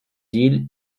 îles